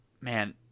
man